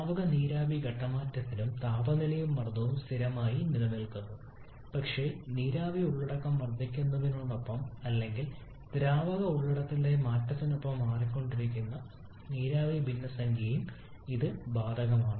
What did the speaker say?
ദ്രാവക നീരാവി ഘട്ടം മാറ്റത്തിനും താപനിലയും മർദ്ദവും സ്ഥിരമായി നിലനിൽക്കുന്നു പക്ഷേ നീരാവി ഉള്ളടക്കം വർദ്ധിക്കുന്നതിനോടൊപ്പം അല്ലെങ്കിൽ ദ്രാവക ഉള്ളടക്കത്തിലെ മാറ്റത്തിനൊപ്പം മാറിക്കൊണ്ടിരിക്കുന്ന നീരാവി ഭിന്നസംഖ്യയും ഇത് ബാധകമാണ്